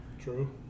True